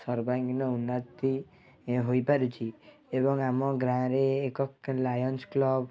ସର୍ବାଙ୍ଗୀନ ଉନ୍ନତି ଏ ହୋଇପାରୁଛି ଏବଂ ଆମ ଗାଁରେ ଏକ ଲାୟନ୍ସ୍ କ୍ଲବ୍